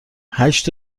هشت